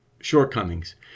shortcomings